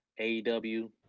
AEW